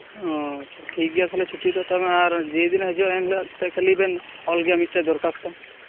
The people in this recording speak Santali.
ᱚ ᱟᱪᱪᱷᱟ ᱴᱷᱤᱠ ᱜᱮᱭᱟ ᱛᱟᱦᱞᱮ ᱪᱷᱩᱴᱤ ᱠᱚ ᱦᱟᱛᱟᱣᱢᱮ ᱟᱨ ᱡᱮᱦᱤᱞᱳᱜ ᱦᱤᱡᱩᱜᱼᱟ ᱮᱱᱦᱤᱞᱳᱜ ᱠᱷᱟᱞᱤ ᱵᱮᱱ ᱚᱞ ᱟᱹᱜᱩᱭᱟ ᱢᱤᱫᱴᱮᱡ ᱫᱚᱨᱠᱷᱟᱥᱛᱚ